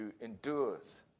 endures